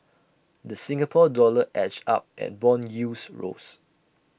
the Singapore dollar edged up and Bond yields rose